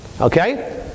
okay